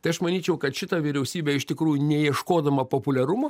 tai aš manyčiau kad šita vyriausybė iš tikrųjų neieškodama populiarumo